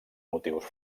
motius